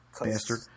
bastard